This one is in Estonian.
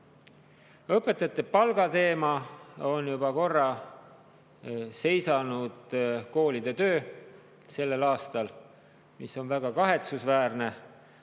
Õpetajate palga teema on juba korra seisanud koolide töö sellel aastal. On väga kahetsusväärne,